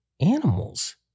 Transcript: Animals